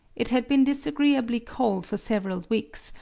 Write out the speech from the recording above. it had been disagreeably cold for several weeks,